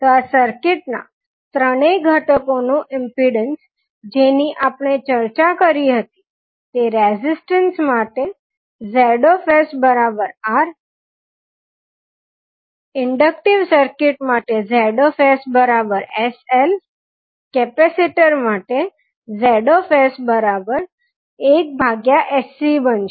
તો આ સર્કીટના ત્રણેય ઘટકોનો ઇમ્પીડન્સ જેની આપણે ચર્ચા કરી હતી તે રેઝીસ્ટન્સ માટે ZR ઇન્ડક્ટીવ સર્કિટ માટે ZsL કેપેસિટર માટે Z1sCબનશે